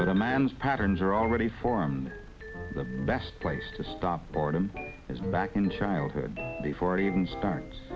a man's patterns are already formed the best place to stop boredom is back in childhood before